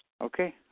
Okay